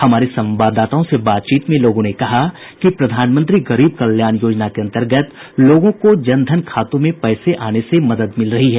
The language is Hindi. हमारे संवाददाताओं से बातचीत में लोगों ने कहा कि प्रधानमंत्री गरीब कल्याण योजना के अन्तर्गत लोगों को जन धन खातों में पैसे आने से मदद मिल रही है